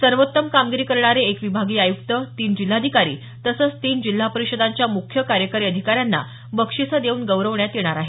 सर्वोत्तम कामगिरी करणारे एक विभागीय आयुक्त तीन जिल्हाधिकारी तसंच तीन जिल्हा परिषदांच्या मुख्य कार्यकारी अधिकाऱ्यांना बक्षीसं देऊन गौरवण्यात येणार आहे